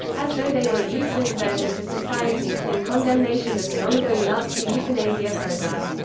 as though they were a useless burden to society, in condemnation of the ongoing nazi euthanasia program.